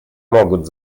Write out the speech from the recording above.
могут